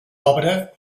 obra